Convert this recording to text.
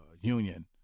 union